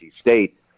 State